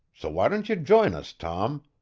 so why don't you join us, tom?